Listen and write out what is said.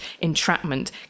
entrapment